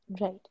Right